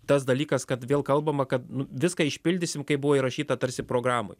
tas dalykas kad vėl kalbama kad nu viską išpildysim kaip buvo įrašyta tarsi programoj